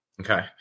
Okay